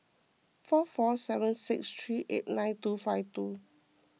four four seven six three eight nine two five two